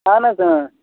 اہَن حظ